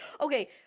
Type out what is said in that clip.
okay